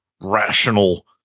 rational